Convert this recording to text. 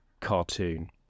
cartoon